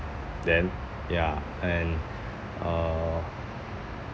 then ya and uh